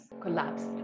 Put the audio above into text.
collapsed